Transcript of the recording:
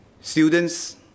Students